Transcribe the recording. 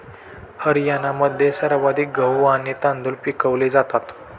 हरियाणामध्ये सर्वाधिक गहू आणि तांदूळ पिकवले जातात